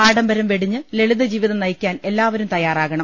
ആഡംബരം വെടിഞ്ഞ് ലളിത ജീവിതം നയിക്കാൻ എല്ലാവരും തയ്യാറാകണം